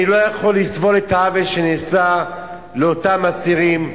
אני לא יכול לסבול את העוול שנעשה לאותם אסירים,